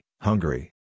Hungary